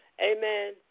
Amen